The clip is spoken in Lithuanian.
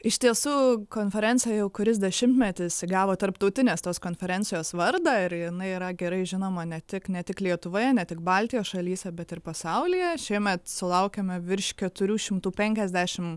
iš tiesų konferencija jau kuris dešimtmetis įgavo tarptautinės tos konferencijos vardą ir jinai yra gerai žinoma ne tik ne tik lietuvoje ne tik baltijos šalyse bet ir pasaulyje šiemet sulaukėme virš keturių šimtų penkiasdešim